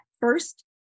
first